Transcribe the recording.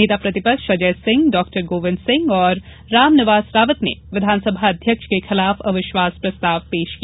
नेता प्रतिपक्ष अजय सिंह डॉ गोविंद सिंह और राम निवास रावत ने विधानसभा अध्यक्ष के खिलाफ अविश्वास प्रस्ताव पेश किया